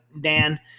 Dan